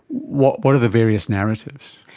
what what are the various narratives?